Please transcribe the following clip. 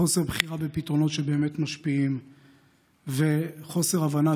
חוסר בחירה בפתרונות שבאמת משפיעים וחוסר הבנה